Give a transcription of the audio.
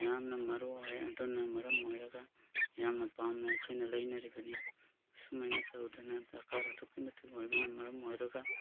ꯌꯥꯝꯅ ꯃꯔꯨ ꯑꯣꯏ ꯑꯗꯨꯅ ꯃꯔꯝ ꯑꯣꯏꯔꯒ ꯌꯥꯝꯅ ꯄꯥꯝꯅ ꯑꯩꯈꯣꯏꯅ ꯂꯩꯅꯔꯤꯕꯅꯤ ꯁꯨꯃꯥꯏꯅ ꯇꯧꯗꯨꯅ ꯗꯔꯀꯥꯔ ꯑꯗꯨꯛꯀꯤ ꯃꯇꯤꯛ ꯑꯣꯏꯕꯅ ꯃꯔꯝ ꯑꯣꯏꯔꯒ